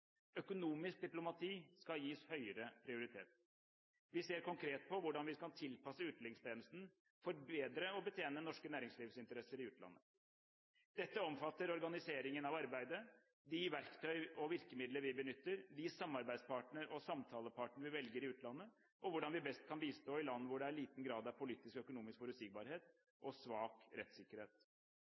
Økonomisk diplomati skal gis høyere prioritet. Vi ser konkret på hvordan vi kan tilpasse utenrikstjenesten for bedre å betjene norske næringslivsinteresser i utlandet. Dette omfatter organiseringen av arbeidet, de verktøy og virkemidler vi benytter, de samarbeidspartnere og samtalepartnere vi velger i utlandet, og hvordan vi best kan bistå i land hvor det er liten grad av politisk og økonomisk forutsigbarhet og svak rettssikkerhet.